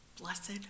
Blessed